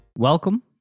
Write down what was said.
Welcome